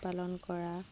পালন কৰা